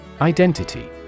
Identity